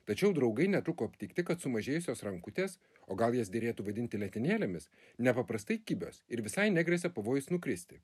tačiau draugai netruko aptikti kad sumažėjusios rankutės o gal jas derėtų vadinti letenėlėmis nepaprastai kibios ir visai negresia pavojus nukristi